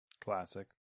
Classic